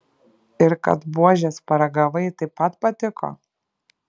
ir kad buožės paragavai taip pat patiko